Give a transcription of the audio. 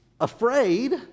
afraid